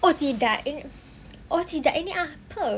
oh tidak oh tidak ini apa